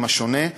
עם השונה,